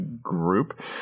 group